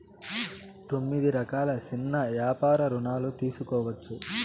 తొమ్మిది రకాల సిన్న యాపార రుణాలు తీసుకోవచ్చు